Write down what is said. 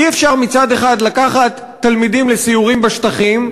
אי-אפשר מצד אחד לקחת תלמידים לסיורים בשטחים,